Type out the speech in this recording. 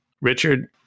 Richard